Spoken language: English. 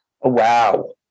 Wow